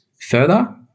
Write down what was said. further